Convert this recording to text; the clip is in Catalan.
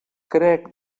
crec